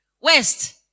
west